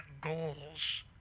goals